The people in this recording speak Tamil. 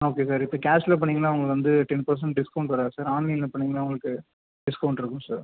ஓகே சார் இப்போ கேஷில் பண்ணிங்கன்னால் உங்களுக்கு வந்து டென் பர்சண்ட் டிஸ்கௌண்ட் வராது சார் ஆன்லைனில் பண்ணிங்கன்னால் உங்களுக்கு டிஸ்கௌண்ட் இருக்கும் சார்